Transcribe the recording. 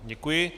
Děkuji.